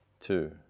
two